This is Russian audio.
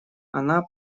она